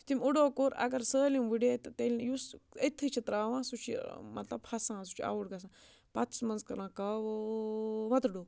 یُتھُے تٔمۍ اُڑو کوٚر اگر سٲلِم ؤڑے تہٕ تیٚلہِ یُس أتھی چھِ ترٛاوان سُہ چھِ مَطلب پھَسان سُہ چھِ آوُٹ گَژھان پَتہٕ چھِس مَنٛزٕ کَران کاوو وَتٕڑو